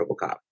Robocop